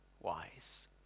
wise